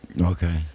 Okay